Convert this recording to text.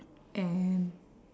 and